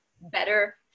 better